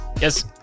Yes